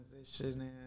transitioning